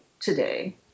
today